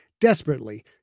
desperately